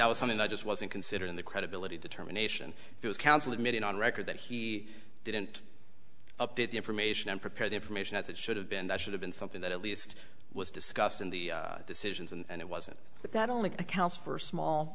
that was something that just wasn't considered in the credibility determination it was counsel admitted on record that he didn't update the information and prepare the information as it should have been that should have been something that at least was discussed in the decisions and it wasn't but that only accounts for small